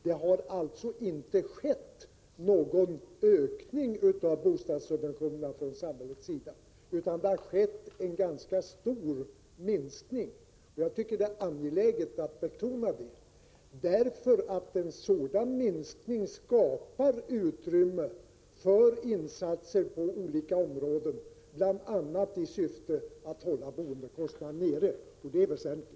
Det har alltså inte skett någon ökning av bostadssubventionerna från samhällets sida utan det har skett en rätt stor minskning. Jag tycker det är angeläget att betona det därför att en sådan minskning skapar utrymme för insatser på olika områden, bl.a. i syfte att hålla boendekostnaderna nere, och det är väsentligt.